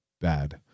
bad